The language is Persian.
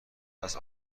است